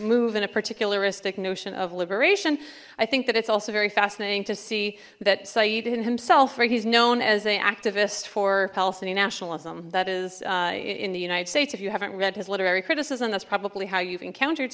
in a particular istic notion of liberation i think that it's also very fascinating to see that syed in himself he's known as a activist for palestinian nationalism that is in the united states if you haven't read his literary criticism that's probably how you've encountered